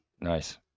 nice